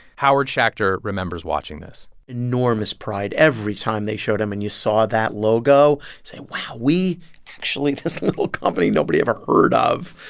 howard schacter remembers watching this enormous pride every time they showed him and you saw that logo. say, wow, we actually this little company nobody ever heard of,